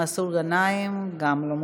מסעוד גנאים, גם לא מופיע,